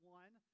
one